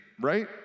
right